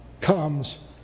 comes